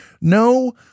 No